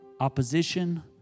Opposition